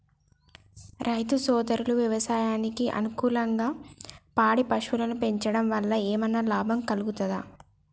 రైతు సోదరులు వ్యవసాయానికి అనుకూలంగా పాడి పశువులను పెంచడం వల్ల ఏమన్నా లాభం కలుగుతదా?